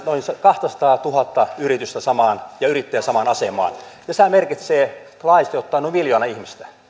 kahtasataatuhatta yritystä ja yrittäjää samaa asemaan ja tämä merkitsee laajasti ottaen noin miljoonaa ihmistä